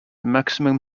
maximum